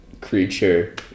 creature